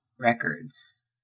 Records